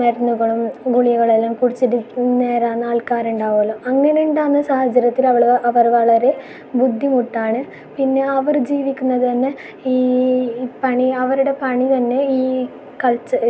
മരുന്നുകളും ഗുളികകളെല്ലാം കുടിച്ചിട്ട് നേരാകുന്ന ആൾക്കാർ ഉണ്ടാകുമല്ലോ അങ്ങനെ ഉണ്ടാവുന്ന സാഹചര്യത്തിൽ അവൾ അവർ വളരെ ബുദ്ധിമുട്ടാണ് പിന്നെ അവർ ജീവിക്കുന്നത് തന്നെ ഈ പണി അവരുടെ പണി തന്നെ ഈ കൾചർ